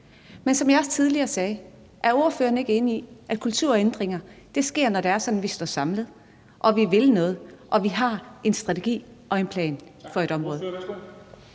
Men som jeg også tidligere sagde: Er ordføreren ikke enig i, at kulturændringer sker, når det er sådan, at vi står samlet, og når vi vil noget, og når vi har en strategi og en plan for et